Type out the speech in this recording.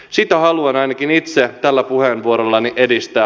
sitä haluan ainakin itse tällä puheenvuorollani edistää